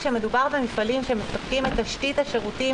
כשמדובר במפעלים שמספקים את תשתית השירותים